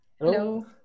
Hello